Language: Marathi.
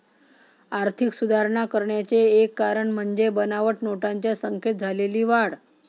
आर्थिक सुधारणा करण्याचे एक कारण म्हणजे बनावट नोटांच्या संख्येत झालेली वाढ